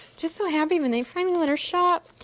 just so happy when they finally let her shop.